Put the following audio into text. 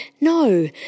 no